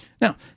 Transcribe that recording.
now